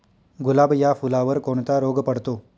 गुलाब या फुलावर कोणता रोग पडतो?